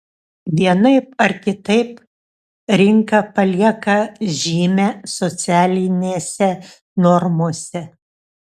vienaip ar kitaip rinka palieka žymę socialinėse normose